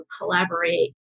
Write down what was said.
collaborate